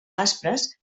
aspres